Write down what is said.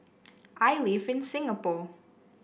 I live in Singapore